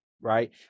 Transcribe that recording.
right